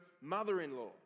mother-in-law